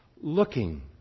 looking